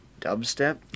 dubstep